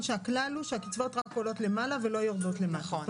הוא שהקצבאות רק עולות למעלה ולא יורדות למטה,